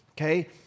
Okay